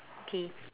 okay